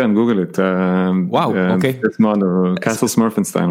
כאן גוגל את ה... וואו, אוקיי. קאסל סמרפינסטיין.